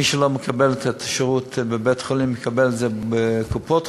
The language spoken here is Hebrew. מי שלא מקבל שירות בבית-חולים יקבל את זה בקופות-חולים,